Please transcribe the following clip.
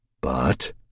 But